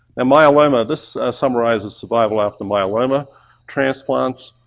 and myeloma. this summarizes survival after myeloma transplants,